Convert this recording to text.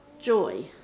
joy